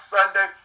Sunday